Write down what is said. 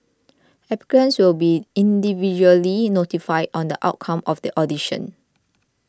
applicants will be individually notified on the outcome of the audition